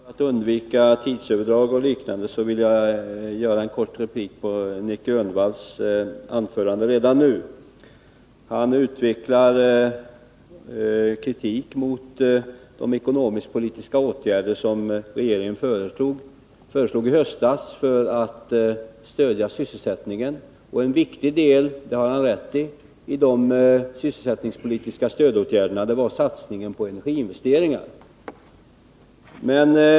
Fru talman! För att undvika tidsöverdrag och liknande vill jag redan nu göra en kort replik till Nic Grönvall. Han riktade kritik mot de ekonomiskpolitiska åtgärder som regeringen i höstas föreslog för att stödja sysselsättningen. En viktig del — det har han rätt i — av de sysselsättningspolitiska stödåtgärderna var satsningen på energiinvesteringar.